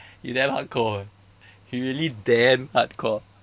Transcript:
you damn hardcore eh you really damn hardcore